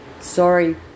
Sorry